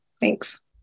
thanks